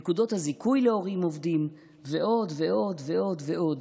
נקודות הזיכוי להורים עובדים ועוד ועוד ועוד ועוד.